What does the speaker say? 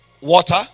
water